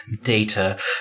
data